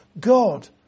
God